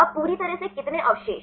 अब पूरी तरह से कितने अवशेष